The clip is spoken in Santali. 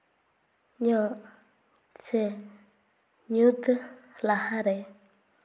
ᱧᱚᱜ ᱥᱮ ᱧᱩᱛ ᱞᱟᱦᱟᱨᱮ